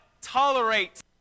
tolerate